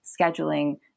scheduling